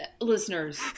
Listeners